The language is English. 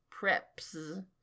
preps